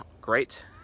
great